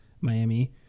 Miami